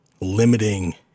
limiting